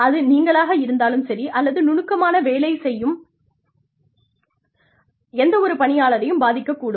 அது நீங்களாக இருந்தாலும் சரி அல்லது நுணுக்கமாக வேலை செய்யும் எந்தவொரு பணியாளரையும் பாதிக்கக்கூடும்